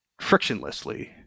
frictionlessly